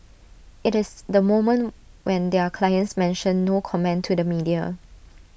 IT is the moment when their clients mention no comment to the media